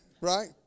right